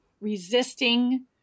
resisting